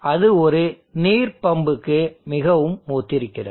அது ஒரு நீர் பம்புக்கு மிகவும் ஒத்திருக்கிறது